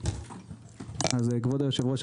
כבוד היושב-ראש,